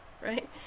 Right